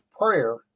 prayer